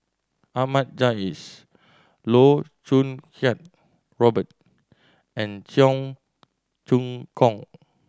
Ahmad Jais Loh Choo Kiat Robert and Cheong Choong Kong